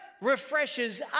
refreshes